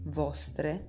vostre